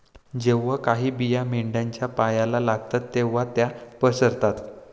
जेव्हा काही बिया मेंढ्यांच्या पायाला लागतात तेव्हा त्या पसरतात